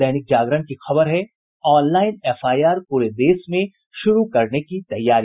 दैनिक जागरण की खबर है ऑनलाईन एफआईआर पूरे देश में शुरू करने की तैयारी